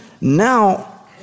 now